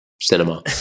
cinema